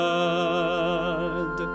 God